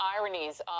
ironies